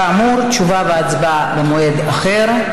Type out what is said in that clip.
כאמור, תשובה והצבעה במועד אחר.